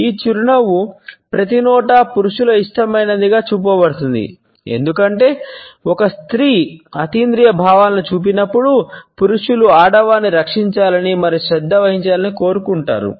ఈ చిరునవ్వు ప్రతిచోటా పురుషుల ఇష్టమైన దని చూపబడింది ఎందుకంటే ఒక స్త్రీ అతీంద్రియ భావాలను చూపినప్పుడు పురుషులు ఆడవారిని రక్షించాలని మరియు శ్రద్ధ వహించాలని కోరుకుంటారు